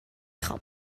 خوام